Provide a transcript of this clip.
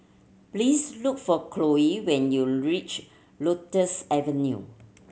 please look for Chloie when you reach Lotus Avenue